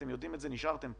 אתם יודעים את זה, נשארתם פה.